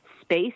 space